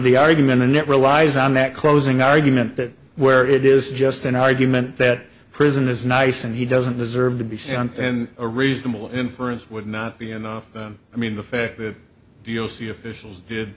the argument and it relies on that closing argument that where it is just an argument that prison is nice and he doesn't deserve to be sunk in a reasonable inference would not be enough i mean the fact that you'll see officials did